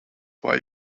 why